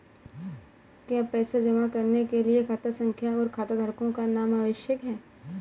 क्या पैसा जमा करने के लिए खाता संख्या और खाताधारकों का नाम आवश्यक है?